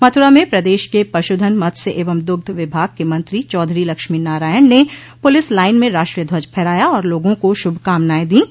मथुरा में प्रदेश के पशुधन मत्स्य एवं दुग्ध विभाग के मंत्री चौधरी लक्ष्मीनारायण ने पूलिस लाइन में राष्ट्रीय ध्वज फहराया और लोगों को शुभकामनायें दीं